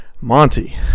Monty